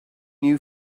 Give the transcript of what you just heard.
new